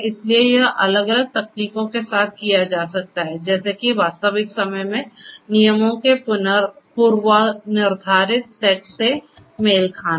इसलिए यह अलग अलग तकनीकों के साथ किया जा सकता है जैसे कि वास्तविक समय में नियमों के पूर्वनिर्धारित सेट से मेल खाना